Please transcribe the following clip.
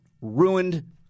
ruined